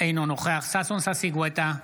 אינו נוכח ששון ששי גואטה,